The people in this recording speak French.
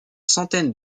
centaines